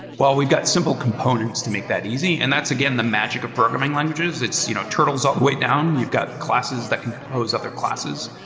well, we've got simple components to make that easy, and that's again the magic of programming languages. it you know turtles all the way down. you've got classes that can compose other classes.